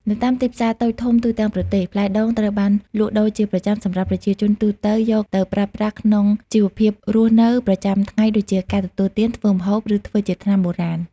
នៅតាមទីផ្សារតូចធំទូទាំងប្រទេស ផ្លែដូងត្រូវបានលក់ដូរជាប្រចាំសម្រាប់ប្រជាជនទូទៅយកទៅប្រើប្រាស់ក្នុងជីវភាពរស់នៅប្រចាំថ្ងៃដូចជា ការទទួលទាន ធ្វើម្ហូប ឬធ្វើជាថ្នាំបុរាណ។